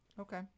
okay